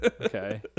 okay